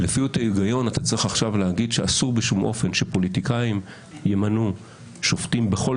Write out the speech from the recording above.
אתה צריך עכשיו להגיד שאסור בשום אופן שפוליטיקאים ימנו שופטים בכל